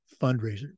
fundraiser